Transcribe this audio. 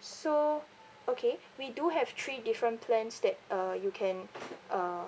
so okay we do have three different plans that uh you can uh